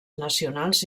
nacionals